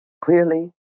clearly